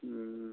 उम्म